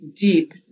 deep